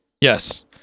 Yes